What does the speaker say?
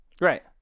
Right